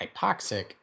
hypoxic